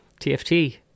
TFT